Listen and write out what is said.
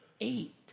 eight